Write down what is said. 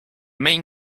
main